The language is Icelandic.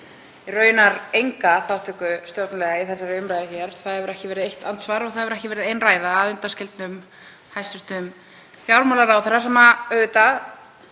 raunar enga þátttöku stjórnarliða í þessari umræðu hér. Það hefur ekki verið eitt andsvar og það hefur ekki verið ein ræða að undanskildum hæstv. fjármálaráðherra sem auðvitað